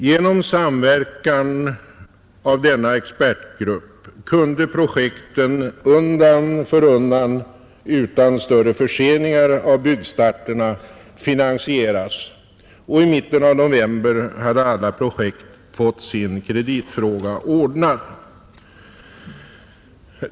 Genom samverkan av denna expertgrupp kunde projekten undan för undan finansieras utan större förseningar av byggstarterna, och i mitten av november hade alla projekt fått sin kreditfråga ordnad.